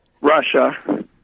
Russia